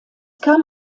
kam